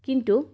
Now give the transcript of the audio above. কিন্তু